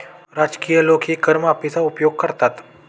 राजकीय लोकही कर माफीचा उपयोग करतात